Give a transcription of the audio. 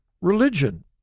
religion